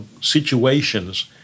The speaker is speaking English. situations